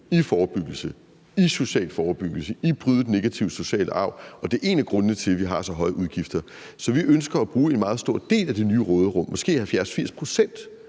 i forebyggelse, i social forebyggelse, og i at bryde den negative sociale arv, og at det er en af grundene til, at vi har så høje udgifter. Så vi ønsker at bruge en meget stor del af det nye råderum, måske endda 70-80 pct.,